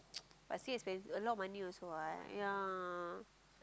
bust still expensive alot of money also [what] yeah